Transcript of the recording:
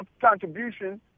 contribution